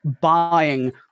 buying